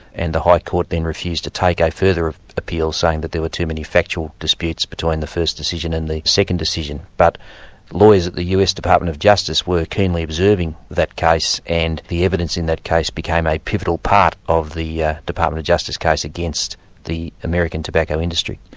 and the high court then refused to take a further appeal, saying that there were too many factual disputes between the first decision and the second decision. but lawyers at the us department of justice were keenly observing that case, and the evidence in that case became a pivotal part of the department of justice case against the american tobacco industry.